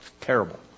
terrible